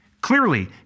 Clearly